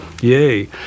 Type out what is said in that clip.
yay